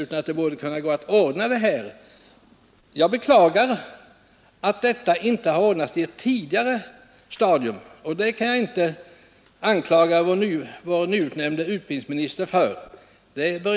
Jag beklagar att åtgärder i denna fråga inte vidtagits på ett tidigare stadium, men det behöver inte vår nye utbildningsminister klä skott för.